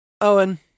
Owen